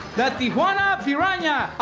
the tijuana piranhas!